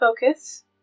Focus